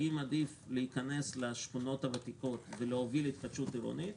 האם עדיף להיכנס לשכונות הוותיקות ולהוביל התחדשות עירונית,